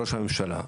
לראש הממשלה,